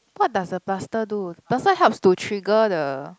what does a plaster do plaster helps to trigger the